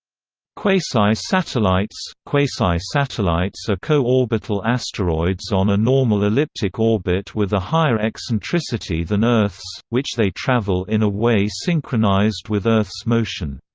quasi-satellites quasi-satellites are co-orbital asteroids on a normal elliptic orbit with a higher eccentricity than earth's, which they travel in a way synchronised with earth's motion.